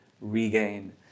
regain